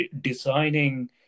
designing